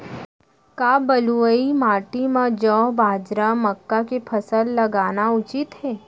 का बलुई माटी म जौ, बाजरा, मक्का के फसल लगाना उचित हे?